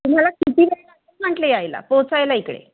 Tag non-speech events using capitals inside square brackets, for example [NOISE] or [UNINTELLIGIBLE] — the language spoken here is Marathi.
तुम्हाला किती [UNINTELLIGIBLE] म्हटले यायला पोचायला इकडे